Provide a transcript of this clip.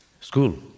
school